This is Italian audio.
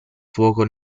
fuoco